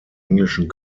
englischen